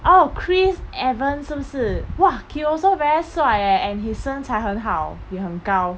oh chris evans 是不是 !wah! he also very 帅 eh and his 身材很好也很高